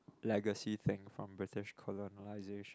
legacy thing from British colonisation